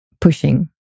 pushing